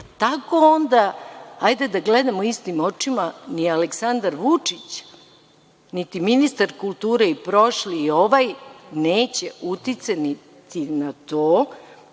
tako onda hajde da gledamo istim očima, ni Aleksandar Vučić, niti ministar kulture i prošli i ovaj neće uticati na to